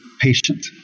patient